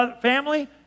family